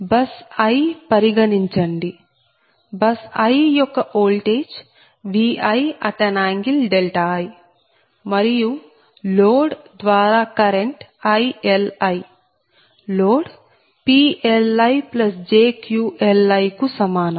bus i పరిగణించండి bus i యొక్క voltage Vii మరియు లోడ్ ద్వారా కరెంట్ ILi లోడ్ PLijQLi కు సమానం